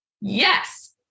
yes